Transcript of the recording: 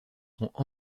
sont